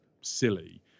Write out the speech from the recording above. silly